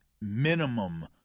minimum